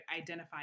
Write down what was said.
identify